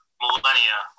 millennia